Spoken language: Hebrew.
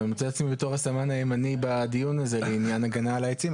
ואני מוצא את עצמי בתור הסמן הימני בדיון הזה לעניין הגנה על העצים,